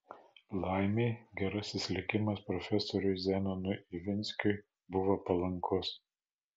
laimei gerasis likimas profesoriui zenonui ivinskiui buvo palankus